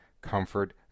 comfort